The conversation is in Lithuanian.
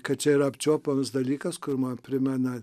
kad čia yra apčiuopiamas dalykas kur man primena